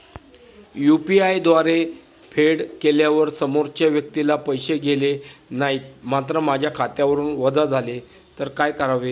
UPI द्वारे फेड केल्यावर समोरच्या व्यक्तीला पैसे गेले नाहीत मात्र माझ्या खात्यावरून वजा झाले तर काय करावे?